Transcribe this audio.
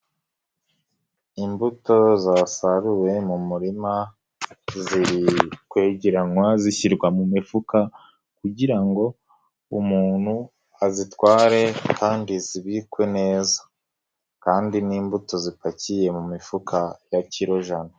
Imbuto zasaruwe mu murima ziri kwegeranywa zishyirwa mu mifuka kugira ngo umuntu azitware kandi zibikwe neza kandi ni imbuto zipakiye mu mifuka ya kilojana.